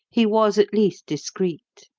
he was, at least, discreet.